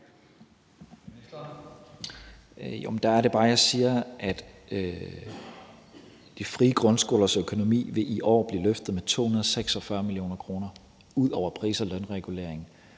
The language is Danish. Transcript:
er det bare, jeg siger, at de frie grundskolers økonomi i år vil blive løftet med 246 mio. kr. ud over pris- og lønregulering.